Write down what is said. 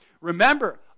remember